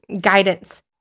guidance